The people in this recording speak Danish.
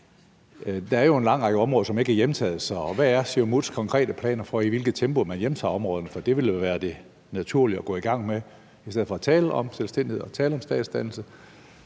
Der er jo en lang række områder, som ikke er hjemtaget, så hvad er Siumuts konkrete planer for, i hvilket tempo man hjemtager områderne? For det ville være det naturlige at gå i gang med i stedet for at tale om selvstændighed og tale om statsdannelse